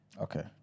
Okay